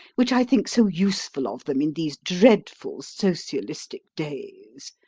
which i think so useful of them in these dreadful socialistic days,